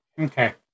okay